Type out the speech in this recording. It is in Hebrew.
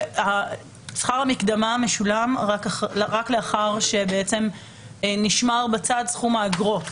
שכר המקדמה המשולם, רק לאחר נשמר בצד סכום האגרות.